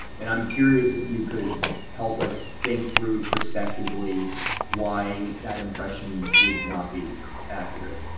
and i'm curious if you could help us think through prospectively why that impression would not be accurate.